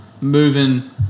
moving